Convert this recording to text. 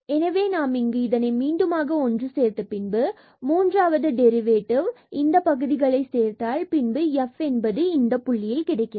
எனவே நாம் இங்கு இதனை மீண்டுமாக ஒன்று சேர்த்த பின்பு மூன்றாவது டெரிவேடிவ் இந்தக் பகுதிகளையும் சேர்த்தால் பின்பு f என்பது இந்த புள்ளியில் கிடைக்கிறது